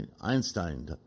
Einstein